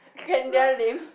Kenya-Lim